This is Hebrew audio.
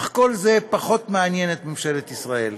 אך כל זה פחות מעניין את ממשלת ישראל.